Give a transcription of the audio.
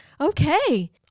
okay